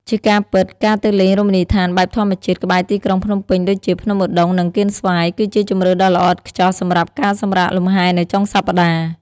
ជាការពិត ការទៅលេងរមណីយដ្ឋានបែបធម្មជាតិក្បែរទីក្រុងភ្នំពេញដូចជាភ្នំឧដុង្គ និងកៀនស្វាយ គឺជាជម្រើសដ៏ល្អឥតខ្ចោះសម្រាប់ការសម្រាកលំហែនៅចុងសប្តាហ៍។